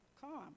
calm